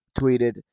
tweeted